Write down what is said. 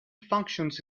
functions